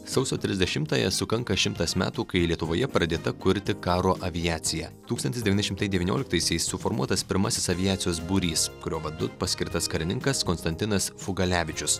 sausio trisdešimtąją sukanka šimtas metų kai lietuvoje pradėta kurti karo aviacija tūkstantis devyni šimtai devynioliktaisiais suformuotas pirmasis aviacijos būrys kurio vadu paskirtas karininkas konstantinas fugalevičius